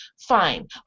fine